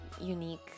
unique